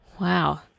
Wow